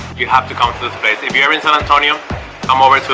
you have to come to the space if you're in san antonio come over to